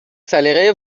سلیقه